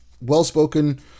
well-spoken